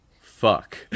fuck